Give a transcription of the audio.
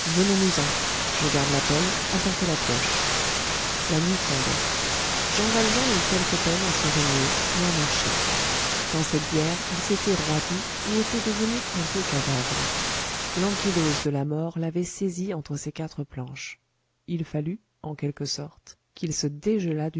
venons nous en je garde la pelle emportez la pioche la nuit tombait jean valjean eut quelque peine à se remuer et à marcher dans cette bière il s'était roidi et était devenu un peu cadavre l'ankylose de la mort l'avait saisi entre ces quatre planches il fallut en quelque sorte qu'il se